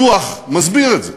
הדוח מסביר את זה,